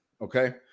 Okay